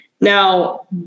Now